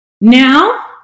Now